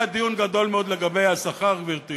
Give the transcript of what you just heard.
היה דיון גדול מאוד לגבי השכר, גברתי,